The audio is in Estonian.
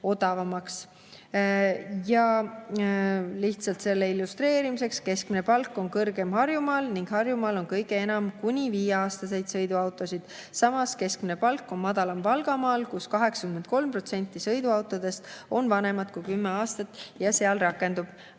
Lihtsalt selle illustreerimiseks: keskmine palk on kõrgem Harjumaal ning Harjumaal on kõige enam kuni viieaastaseid sõiduautosid, samas keskmine palk on madalam Valgamaal, kus 83% sõiduautodest on vanemad kui 10 aastat ja seal rakendub